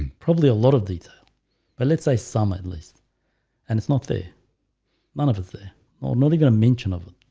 probably a lot of detail but let's say some at least and it's not there none of it's there oh, no, they gonna mention of